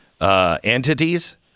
entities